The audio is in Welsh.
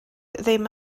ddim